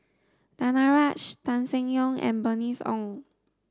Danaraj Tan Seng Yong and Bernice Ong